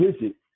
visit